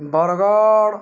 Bargarh